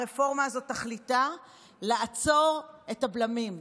הרפורמה הזאת, תכליתה לעצור את הבלמים.